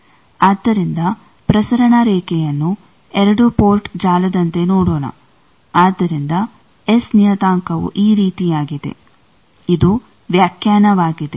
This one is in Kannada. ಆದ್ದರಿಂದ ಪ್ರಸರಣ ರೇಖೆಯನ್ನು 2 ಪೋರ್ಟ್ ಜಾಲದಂತೆ ನೋಡೋಣ ಆದ್ದರಿಂದ ಎಸ್ ನಿಯತಾಂಕವು ಈ ರೀತಿಯಾಗಿದೆ ಇದು ವ್ಯಾಖ್ಯಾನವಾಗಿದೆ